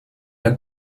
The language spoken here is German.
der